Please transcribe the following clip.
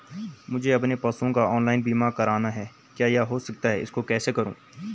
मुझे अपने पशुओं का ऑनलाइन बीमा करना है क्या यह हो सकता है मैं इसको कैसे करूँ?